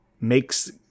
makes